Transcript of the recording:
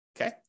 okay